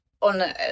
on